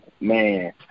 man